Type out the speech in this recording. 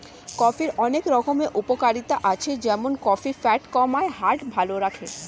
কফির অনেক রকম উপকারিতা আছে যেমন কফি ফ্যাট কমায়, হার্ট ভালো রাখে